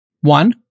One